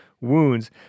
wounds